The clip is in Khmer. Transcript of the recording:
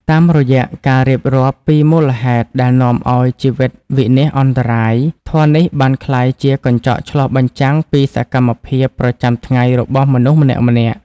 តាមរយៈការរៀបរាប់ពីមូលហេតុដែលនាំឱ្យជីវិតវិនាសអន្តរាយ ធម៌នេះបានក្លាយជាកញ្ចក់ឆ្លុះបញ្ចាំងពីសកម្មភាពប្រចាំថ្ងៃរបស់មនុស្សម្នាក់ៗ។